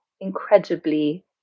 incredibly